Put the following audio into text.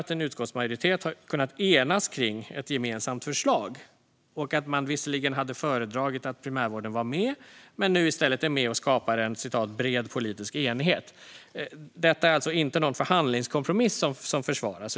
att en utskottsmajoritet har kunnat enas kring ett gemensamt förslag" och att man visserligen hade föredragit att primärvården var med, men nu är man i stället med och skapar en "bred politisk enighet". Det är alltså inte en förhandlingskompromiss som försvaras.